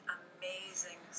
amazing